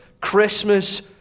Christmas